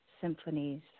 symphonies